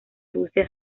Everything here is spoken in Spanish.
rusia